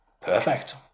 Perfect